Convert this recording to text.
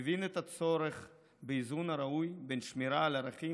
מבין את הצורך באיזון הראוי בין שמירה על הערכים